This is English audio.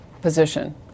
position